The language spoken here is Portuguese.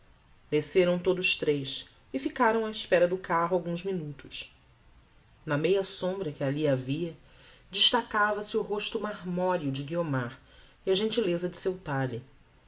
desceram todos tres e ficaram á espera do carro alguns minutos na meia sombra que alli havia destacava-se o rosto marmoreo de guiomar e a gentileza de seu talhe